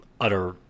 utter